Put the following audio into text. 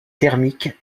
thermique